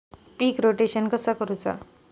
पीक rotation कसा करूचा?